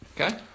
Okay